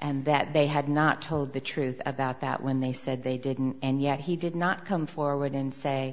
and that they had not told the truth about that when they said they didn't and yet he did not come forward and say